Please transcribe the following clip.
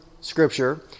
Scripture